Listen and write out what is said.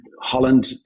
Holland